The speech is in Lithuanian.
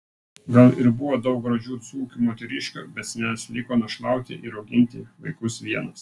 gal ir buvo daug gražių dzūkių moteriškių bet senelis liko našlauti ir auginti vaikus vienas